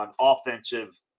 offensive